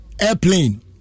airplane